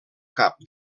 cap